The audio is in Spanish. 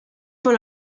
por